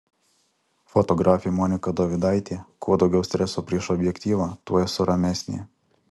fotografė monika dovidaitė kuo daugiau streso prieš objektyvą tuo esu ramesnė